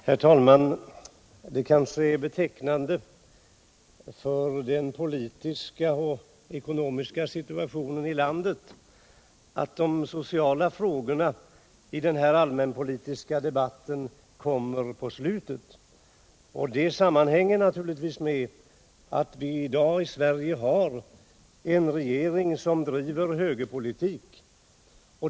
Herr talman! Det kanske är betecknande för den politiska och ekonomiska situationen i landet att de sociala frågorna kommer i slutet av den här allmänpolitiska debatten. Det sammanhänger naturligtvis med att vi i dag i Sverige har en regering som driver högerpolitik.